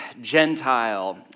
Gentile